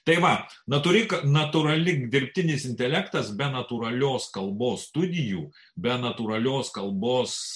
tai va neturi ką natūrali lyg dirbtinis intelektas be natūralios kalbos studijų be natūralios kalbos